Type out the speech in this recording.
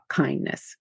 kindness